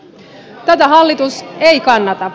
tätä hallitus ei kannata